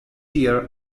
year